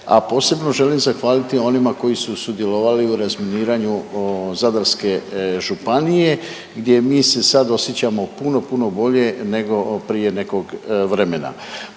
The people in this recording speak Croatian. a posebno želim zahvaliti onima koji su sudjelovali u razminiranju Zadarske županije gdje mi se sad osjećamo puno, puno bolje nego prije nekog vremena.